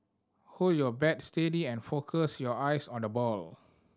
hold your bat steady and focus your eyes on the ball